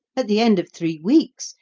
at the end of three weeks,